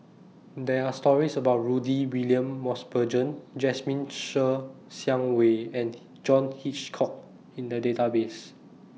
There Are stories about Rudy William Mosbergen Jasmine Ser Xiang Wei and John Hitchcock in The Database